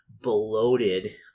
bloated